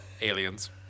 Aliens